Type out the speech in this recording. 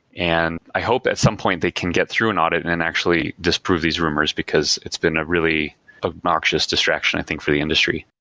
and i hope at some point they can get through an audit and then actually disprove these rumors, because it's been a really obnoxious distraction i think for the industry.